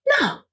No